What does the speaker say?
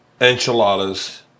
Enchiladas